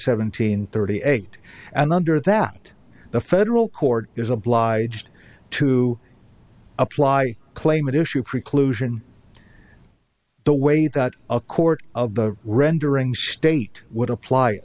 seventeen thirty eight and under that the federal court is obliged to apply claimant issue preclusion the way that a court of the rendering state would apply